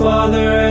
Father